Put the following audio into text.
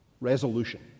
Resolution